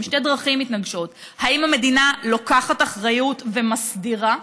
הם שתי דרכים מתנגשות: האם המדינה לוקחת אחריות ומסדירה,